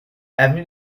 avenue